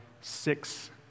six